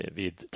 vid